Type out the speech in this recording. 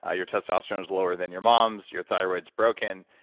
ah your testosterone is lower than your mom's your thyroid is broken.